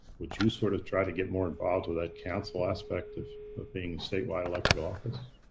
would you sort of try to get more involved with that council aspect of of being statewide elected office?